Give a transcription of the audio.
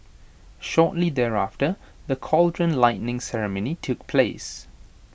shortly thereafter the cauldron lighting ceremony took place